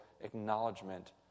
acknowledgement